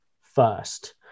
first